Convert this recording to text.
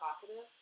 talkative